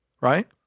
right